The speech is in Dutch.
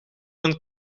een